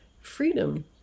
freedom